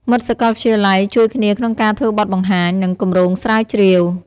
មិត្តសកលវិទ្យាល័យជួយគ្នាក្នុងការធ្វើបទបង្ហាញ និងគម្រោងស្រាវជ្រាវ។